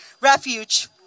refuge